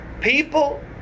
People